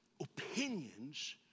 Opinions